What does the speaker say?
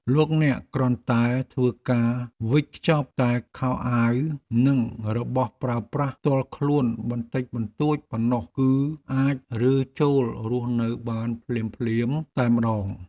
លោកអ្នកគ្រាន់តែធ្វើការវិចខ្ចប់តែខោអាវនិងរបស់ប្រើប្រាស់ផ្ទាល់ខ្លួនបន្តិចបន្តួចប៉ុណ្ណោះគឺអាចរើចូលរស់នៅបានភ្លាមៗតែម្ដង។